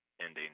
ending